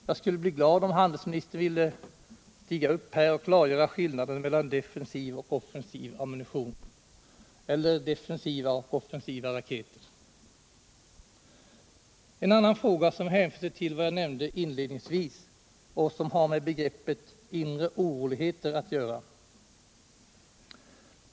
Jag skulle bli glad om handelsministern ville stiga upp här och klargöra skillnaden mellan defensiv och offensiv ammunition eller defensiva och offensiva raketer. Jag vill också ta upp en annan fråga, som hänför sig till vad jag nämnde inledningsvis och som har med begreppet ”inre oroligheter” att göra.